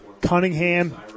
Cunningham